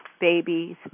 babies